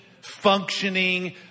functioning